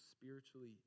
spiritually